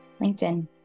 LinkedIn